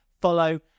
follow